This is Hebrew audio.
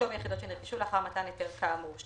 שווי היחידות שנרכשו לאחר מתן היתר כאמור.";